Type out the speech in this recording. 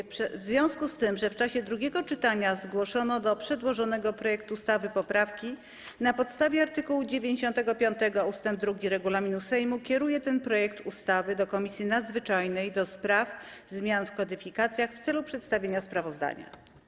W związku z tym, że w czasie drugiego czytania zgłoszono do przedłożonego projektu ustawy poprawki, na podstawie art. 95 ust. 2 regulaminu Sejmu kieruję ten projekt ustawy do Komisji Nadzwyczajnej do spraw zmian w kodyfikacjach w celu przedstawienia sprawozdania.